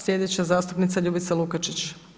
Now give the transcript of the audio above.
Sljedeća zastupnica Ljubica Lukačić.